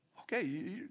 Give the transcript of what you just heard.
okay